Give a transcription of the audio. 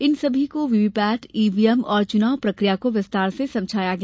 इन सभी को VVPAT EVM और चुनाव प्रक्रिया को विस्तार से समझाया गया